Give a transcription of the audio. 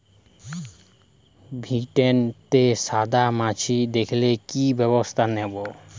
ভিন্ডিতে সাদা মাছি দেখালে কি ব্যবস্থা নেবো?